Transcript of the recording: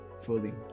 fully